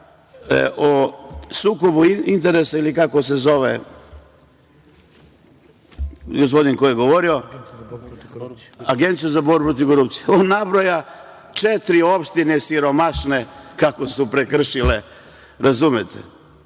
o sukobu interesa ili kako se zove, gospodin koji je govorio, Agencija za borbu protiv korupcije, on nabroja četiri opštine siromašne kako su prekršile… razumete?